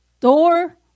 door